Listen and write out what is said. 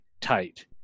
tight